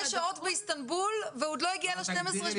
שעות באיסטנבול והוא עוד לא הגיע ל-12,